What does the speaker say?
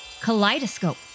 kaleidoscope